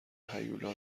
هیولا